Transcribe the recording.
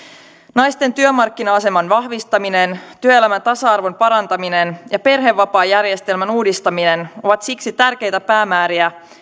naisten työmarkkina aseman vahvistaminen työelämän tasa arvon parantaminen ja perhevapaajärjestelmän uudistaminen ovat siksi tärkeitä päämääriä